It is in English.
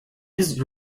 his